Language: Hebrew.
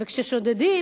כששודדים